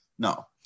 No